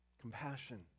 compassion